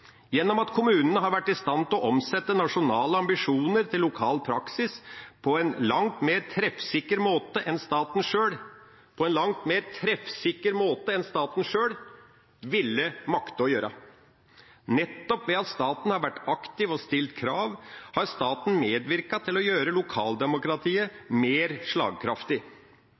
Gjennom at kommunene har vært i stand til å omsette nasjonale ambisjoner til lokal praksis på en langt mer treffsikker måte enn staten sjøl ville makte å gjøre, og nettopp ved at staten har vært aktiv og stilt krav, har staten medvirket til å gjøre lokaldemokratiet mer slagkraftig.